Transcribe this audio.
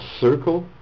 circle